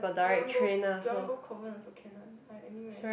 you want go you want go Kovan also can one I anywhere